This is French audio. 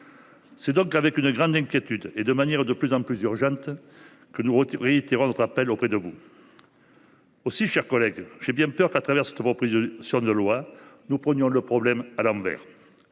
C’est donc avec une grande inquiétude et de manière de plus en plus urgente que nous réitérons notre appel auprès de vous. Aussi, mes chers collègues, j’ai bien peur qu’à travers cette proposition de loi nous ne prenions le problème à l’envers.